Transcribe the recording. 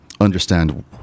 understand